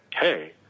Hey